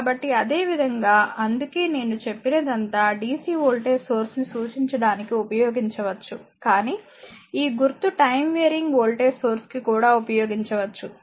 కాబట్టి అదేవిధంగా అందుకే నేను చెప్పినదంతా dc వోల్టేజ్ సోర్స్ ని సూచించడానికి ఉపయోగించవచ్చు కానీ ఈ గుర్తు టైమ్ వెరీయింగ్ వోల్టేజ్ సోర్స్ కి కూడా ఉపయోగించవచ్చు